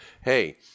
hey